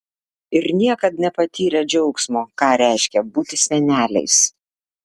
ir niekad nepatyrę džiaugsmo ką reiškia būti seneliais